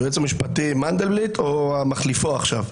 היועץ המשפטי מנדלבליט או מחליפו עכשיו?